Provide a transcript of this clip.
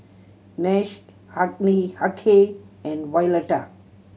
Nash Hughey and Violeta